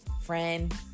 friend